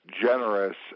generous